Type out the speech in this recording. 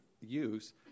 use